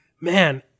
Man